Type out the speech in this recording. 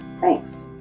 Thanks